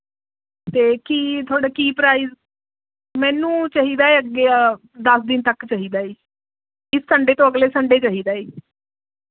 ਅਤੇ ਕੀ ਤੁਹਾਡਾ ਕੀ ਪਰਾਇਜ਼ ਮੈਨੂੰ ਚਾਹੀਦਾ ਅੱਗੇ ਦਸ ਦਿਨ ਤੱਕ ਚਾਹੀਦਾ ਹੈ ਜੀ ਇਸ ਸੰਨਡੇ ਤੋਂ ਅਗਲੇ ਸੰਨਡੇ ਚਾਹੀਦੇ ਹੈ ਜੀ